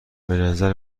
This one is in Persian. بنظر